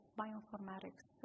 bioinformatics